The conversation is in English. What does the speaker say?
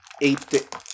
Eight